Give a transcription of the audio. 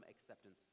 acceptance